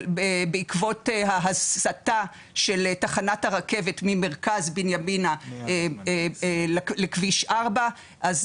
בעקבות ההסטה של תחנת הרכבת ממרכז בנימינה לכביש 4. אז